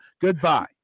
Goodbye